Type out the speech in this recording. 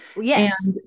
Yes